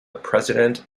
president